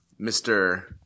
Mr